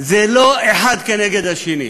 זה לא אחד כנגד השני.